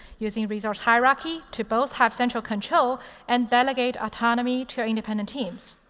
using resource hierarchy to both have central control and delegate autonomy to independent teams.